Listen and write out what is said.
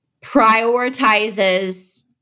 prioritizes